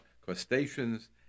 crustaceans